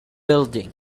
building